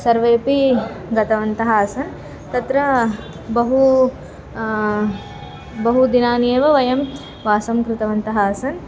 सर्वेऽपि गतवन्तः आसन् तत्र बहु बहूनि दिनानि एव वयं वासं कृतवन्तः आसन्